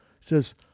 says